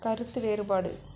கருத்து வேறுபாடு